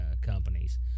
companies